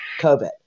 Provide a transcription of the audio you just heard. COVID